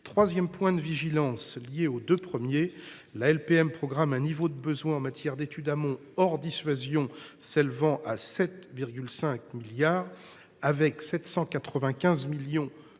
troisième point de vigilance est lié aux deux premiers. La LPM programme un niveau de besoin en matière d’études amont hors dissuasion s’élevant à 7,5 milliards d’euros. Or,